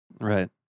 Right